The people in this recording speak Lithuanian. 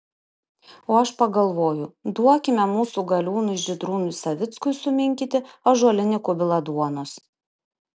o aš pagalvoju duokime mūsų galiūnui žydrūnui savickui suminkyti ąžuolinį kubilą duonos